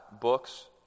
books